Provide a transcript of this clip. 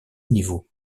niveau